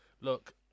Look